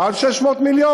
הוא מעל 600 מיליון?